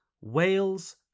Wales